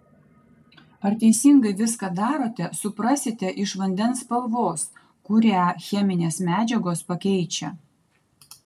ar teisingai viską darote suprasite iš vandens spalvos kurią cheminės medžiagos pakeičia